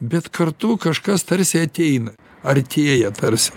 bet kartu kažkas tarsi ateina artėja tarsi